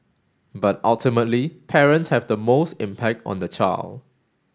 but ultimately parents have the most impact on the child